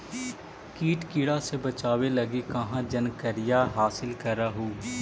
किट किड़ा से बचाब लगी कहा जानकारीया हासिल कर हू?